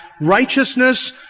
righteousness